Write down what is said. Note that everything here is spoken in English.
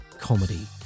comedy